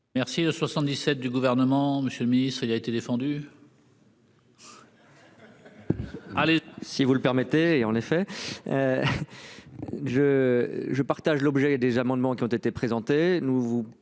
Merci de 77 du gouvernement, monsieur le ministre, il a été défendu.-- Allez, si vous le permettez, et en effet. Je, je partage l'objet des amendements qui ont été présentés.